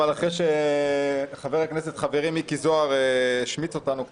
אבל אחרי שחבר הכנסת חברי מיקי זוהר השמיץ אותנו קצת,